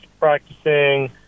Practicing